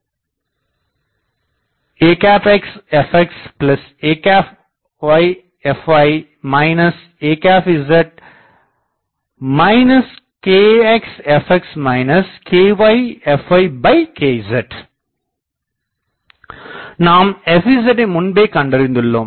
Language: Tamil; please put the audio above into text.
faxfxayfy az kxfx kyfykz நாம் fzஐ முன்பே கண்டறிந்துள்ளோம்